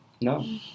no